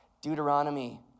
Deuteronomy